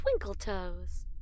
Twinkletoes